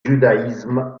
judaïsme